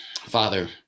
Father